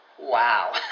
Wow